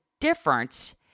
difference